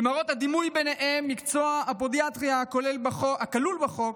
מקצוע הפודיאטריה כלול בחוק,